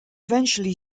eventually